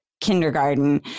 kindergarten